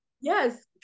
Yes